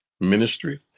ministry